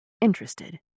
interested